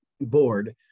board